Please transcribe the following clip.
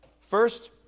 First